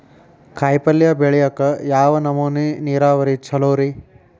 ಕಾಯಿಪಲ್ಯ ಬೆಳಿಯಾಕ ಯಾವ ನಮೂನಿ ನೇರಾವರಿ ಛಲೋ ರಿ?